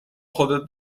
خودت